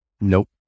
Nope